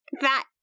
That-